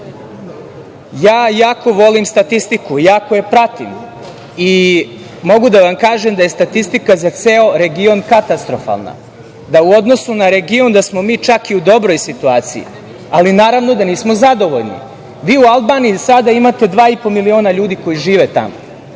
jako volim statistiku, jako je pratim i mogu da vam kažem da je statika za ceo region katastrofalna, da u odnosu na region, da smo mi i u čak dobroj situaciji, ali naravno da nismo zadovoljni. Vi Albaniji sada imate 2,5 miliona ljudi koji žive tamo.